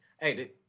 Hey